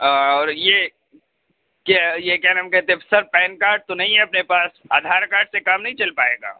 اور یہ کیا یہ کیا نام کہتے سر پین کارڈ تو نہیں ہے اپنے پاس آدھار کارڈ سے کام نہیں چل پائے گا